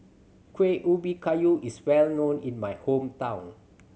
Kuih Ubi Kayu is well known in my hometown